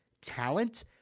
talent